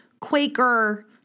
Quaker